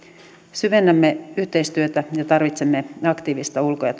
syvennämme yhteistyötä ja tarvitsemme aktiivista ulko ja